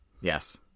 yes